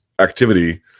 activity